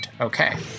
Okay